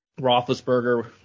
Roethlisberger